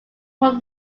from